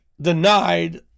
denied